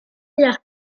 las